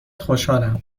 خوشحالم